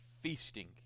feasting